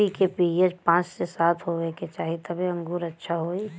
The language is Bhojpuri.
मट्टी के पी.एच पाँच से सात होये के चाही तबे अंगूर अच्छा होई